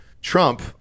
Trump